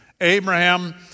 Abraham